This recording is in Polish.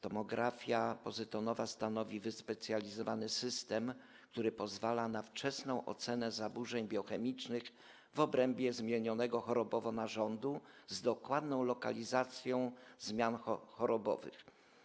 Tomografia pozytonowa stanowi wyspecjalizowany system, który pozwala na wczesną ocenę zaburzeń biochemicznych w obrębie zmienionego chorobowo narządu z dokładną lokalizacją zmian chorobowych.